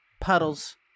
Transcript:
Puddles